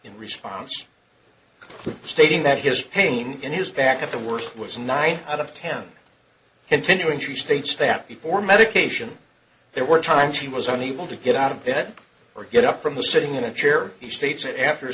in response stating that his pain in his back at the worst was nine out of ten continuing she states that before medication there were times he was unable to get out of bed or get up from the sitting in a chair he states that after